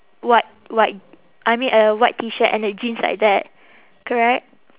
white white I mean a white T shirt and a jeans like that correct